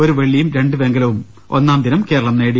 ഒരു വെള്ളിയും രണ്ട് വെങ്കലവും ഒന്നാം ദിനം കേരളം നേടി